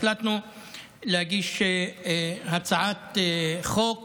החלטנו להגיש הצעת חוק